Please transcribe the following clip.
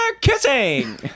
kissing